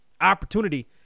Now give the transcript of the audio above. opportunity